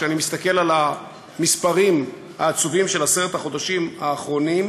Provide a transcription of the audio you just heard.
כשאני מסתכל על המספרים העצובים של עשרת החודשים האחרונים: